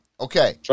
Okay